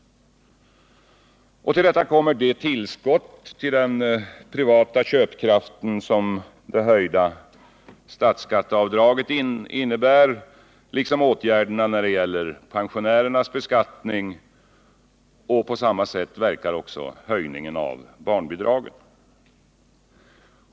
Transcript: Till detta kommer det tillskott till den privata köpkraften som höjningen av statsskatteavdraget innebär, liksom åtgärderna när det gäller pensionärernas beskattning och höjningarna av barnbidragen.